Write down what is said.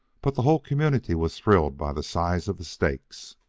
but the whole community was thrilled by the size of the stakes,